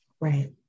Right